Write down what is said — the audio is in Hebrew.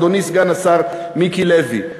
אדוני סגן השר מיקי לוי?